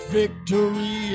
victory